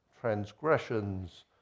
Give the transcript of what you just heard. transgressions